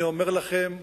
אני אומר לכם,